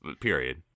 period